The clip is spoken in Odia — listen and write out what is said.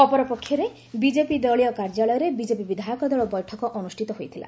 ଅପରପକ୍ଷେ ବିଜେପି ଦଳୀୟ କାର୍ଯ୍ୟାଳୟରେ ବିଜେପି ବିଧାୟକ ଦଳ ବୈଠକ ଅନ୍ତଷ୍ଠିତ ହୋଇଥିଲା